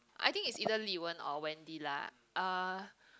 I think it's either Li-wen or Wendy lah uh